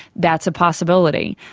that's a possibility.